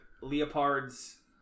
Leopard's